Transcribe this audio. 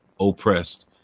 oppressed